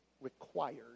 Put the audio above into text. required